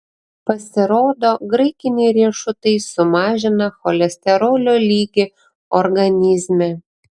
pasirodo graikiniai riešutai sumažina cholesterolio lygį organizme